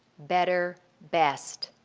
better, best.